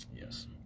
Yes